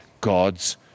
God's